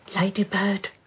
Ladybird